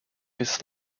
his